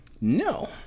No